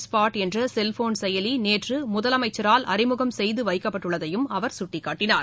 spot என்ற cellphone செயலி நேற்று முதலமைச்சரால் அறிமுகம் செய்துவைக்கப்பட்டுள்ளதையும் அவர் சுட்டிக்காட்டினார்